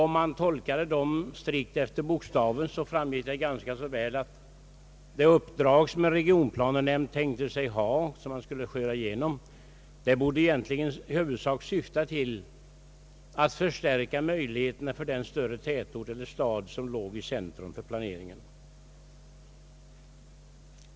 Om man tolkade dem strikt efter bokstaven framgick det ganska klart att det uppdrag som man tänkt sig att en regionplanenämnd skulle ha egentligen syftade till att förstärka möjligheterna för den större tätort eller stad som låg i centrum för planeringen.